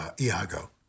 Iago